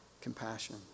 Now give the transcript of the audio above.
compassion